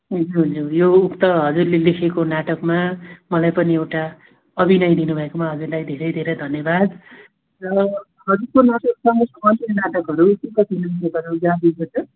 ज्यू ज्यू यो उक्त हजुरले लेखेको नाटकमा मलाई पनि एउटा अभिनय दिनु भएकोमा हजुरलाई धेरै धेरै धन्यवाद र हजुरको नजरमा कुन चाहिँ नाटकहरू के कति गाभेको छ